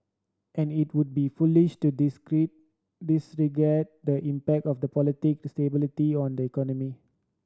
and it would be foolish to disagreed disregard the impact of the politic stability on the economy